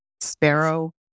Sparrow